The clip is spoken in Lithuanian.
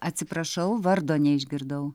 atsiprašau vardo neišgirdau